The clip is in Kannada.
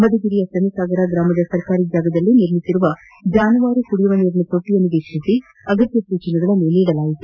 ಮಧುಗಿರಿಯ ಚನ್ನಸಾಗರ ಗ್ರಾಮದ ಸರ್ಕಾರಿ ಜಾಗದಲ್ಲಿ ನಿರ್ಮಿಸಿರುವ ಜಾನುವಾರು ಕುಡಿಯುವ ನೀರಿನ ತೊಟ್ಟಿ ವೀಕ್ಷಿಸಿ ಅಗತ್ಯ ಸೂಚನೆ ನೀಡಿದರು